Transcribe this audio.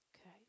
Okay